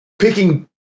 picking